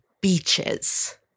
beaches